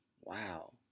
Wow